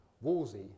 Wolsey